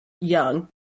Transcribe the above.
young